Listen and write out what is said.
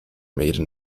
maiden